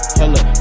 hello